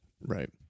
Right